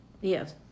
yes